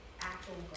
actual